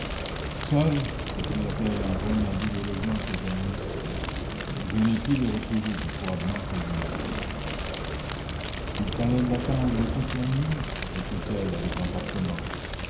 seul s'écria-t-elle en joignant douloureusement ses belles mains je n'ai pu le retrouver dit froidement quasimodo il fallait l'attendre toute la nuit reprit-elle avec emportement